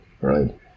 right